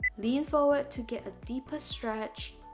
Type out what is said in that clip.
lean forward to get a deeper stretch